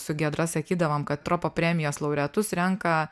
su giedra sakydavom kad tropo premijos laureatus renka